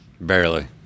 Barely